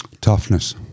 Toughness